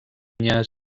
pinedes